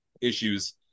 issues